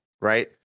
Right